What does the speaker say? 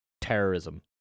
terrorism